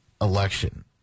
election